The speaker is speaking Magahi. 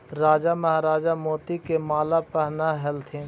राजा महाराजा मोती के माला पहनऽ ह्ल्थिन